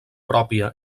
pròpia